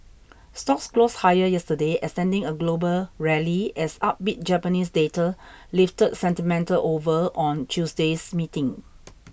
stocks closed higher yesterday extending a global rally as upbeat Japanese data lifted sentiment over on Tuesday's meeting